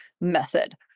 method